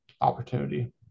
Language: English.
opportunity